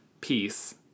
peace